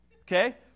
Okay